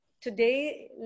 Today